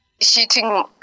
shooting